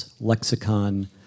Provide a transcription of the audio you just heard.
Lexicon